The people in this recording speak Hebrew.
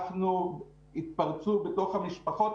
התפרצו בתוך המשפחות,